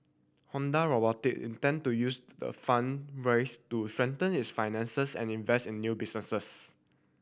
Hyundai Robotic intend to use the fund do strengthen its finances and invest in new businesses